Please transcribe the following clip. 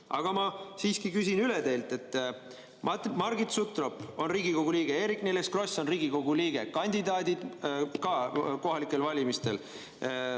ma siiski küsin teilt üle. Margit Sutrop on Riigikogu liige, Eerik-Niiles Kross on Riigikogu liige, kandidaadid ka kohalikel valimistel.